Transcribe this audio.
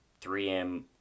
3M